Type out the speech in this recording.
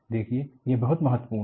देखिए यह बहुत महत्वपूर्ण है